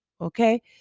Okay